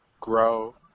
grow